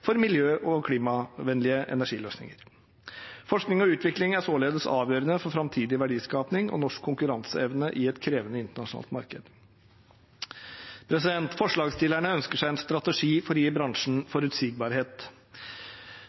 for miljø- og klimavennlige energiløsninger. Forskning og utvikling er således avgjørende for framtidig verdiskaping og norsk konkurranseevne i et krevende internasjonalt marked. Forslagsstillerne ønsker seg en strategi for å gi bransjen forutsigbarhet.